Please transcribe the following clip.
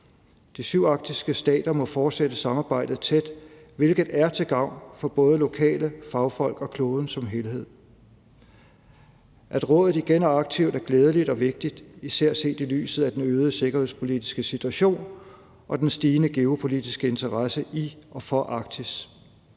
De syv arktiske stater må fortsætte samarbejdet tæt, hvilket er til gavn for både lokale, fagfolk og kloden som helhed. At rådet igen er aktivt, er glædeligt og vigtigt, især set i lyset af den øgede sikkerhedspolitiske situation og den stigende geopolitiske interesse i og for Arktis.